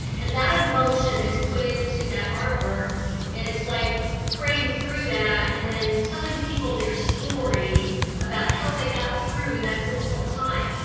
and that emotion is put into that artwork and it's like praying through that and then telling people their story about how they got through that difficult time.